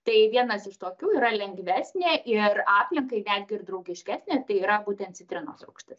tai vienas iš tokių yra lengvesnė ir aplinkai netgi ir draugiškesnė tai yra būtent citrinos rūgštis